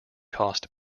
cost